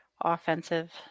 offensive